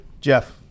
Jeff